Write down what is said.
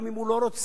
גם אם הוא לא רוצה,